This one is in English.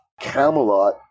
camelot